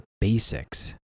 basics